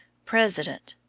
president.